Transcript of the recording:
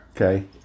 Okay